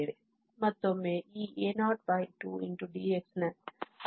ಮತ್ತೊಮ್ಮೆ ಈ a02dx ನ ಅವಿಭಾಜ್ಯ π ರಿಂದ x ವರೆಗೆ